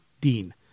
Dean